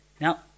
Now